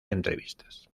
entrevistas